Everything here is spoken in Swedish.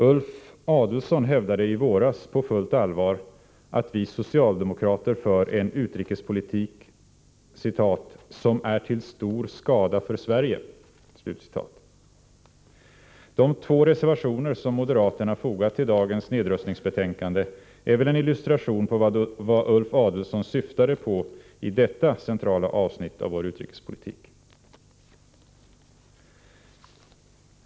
Ulf Adelsohn hävdade i våras på fullt allvar att vi socialdemokrater för en utrikespolitik ”som är till stor skada för Sverige”. De två reservationer som moderaterna fogat till dagens nedrustningsbetänkande är en illustration till vad Ulf Adelsohn syftade på i detta centrala avsnitt av vår utrikespolitik.